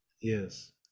Yes